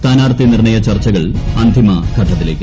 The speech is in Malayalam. സ്ഥാനാർത്ഥി നിർണ്ണയ പ്പർച്ചകൾ അന്തിമഘട്ടത്തിലേക്ക്